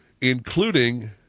including